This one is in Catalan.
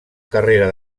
carrera